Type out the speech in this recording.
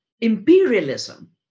imperialism